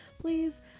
please